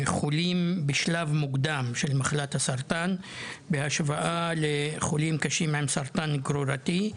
חולים בשלב מוקדם של מחלת הסרטן בהשוואה לחולים קשים עם סרטן גרורתי,